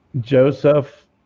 Joseph